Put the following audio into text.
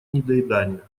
недоедания